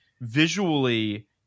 visually